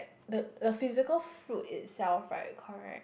the the physical fruit itself right correct